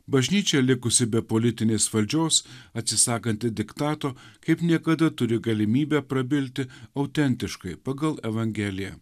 bažnyčia likusi be politinės valdžios atsisakanti diktato kaip niekada turi galimybę prabilti autentiškai pagal evangeliją